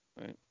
right